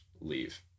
leave